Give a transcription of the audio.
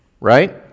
right